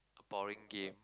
a boring game